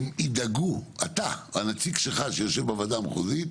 אם ידאגו, אתה או הנציג שלך שיושב בוועדה המחוזית,